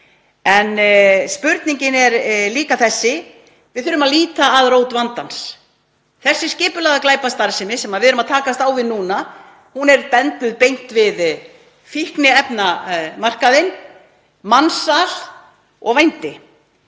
fjórum árum. En við þurfum að líta að rót vandans. Þessi skipulagða glæpastarfsemi sem við erum að takast á við núna er bendluð beint við fíkniefnamarkaðinn, mansal og vændi